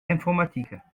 informatiques